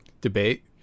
debate